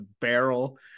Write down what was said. barrel